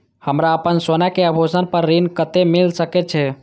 हमरा अपन सोना के आभूषण पर ऋण कते मिल सके छे?